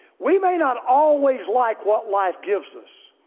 we may not always like what life gives us,